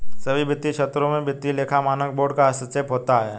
सभी वित्तीय क्षेत्रों में वित्तीय लेखा मानक बोर्ड का हस्तक्षेप होता है